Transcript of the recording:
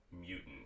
mutant